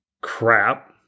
crap